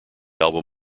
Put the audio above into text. album